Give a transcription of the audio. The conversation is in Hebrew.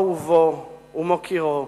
אהובו ומוקירו,